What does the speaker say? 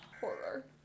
horror